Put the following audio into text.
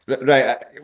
right